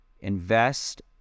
invest